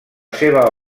seva